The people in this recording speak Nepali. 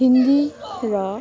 हिन्दी र